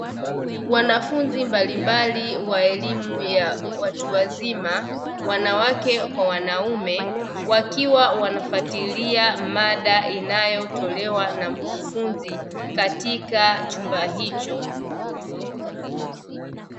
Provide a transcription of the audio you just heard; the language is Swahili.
Wanafunzi mbalimbali wa elimu wa watu wazima; wanawake kwa wanaume, wakiwa wanafuatilia maada inayotolewa na mkufunzi katika chumba hicho.